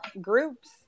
groups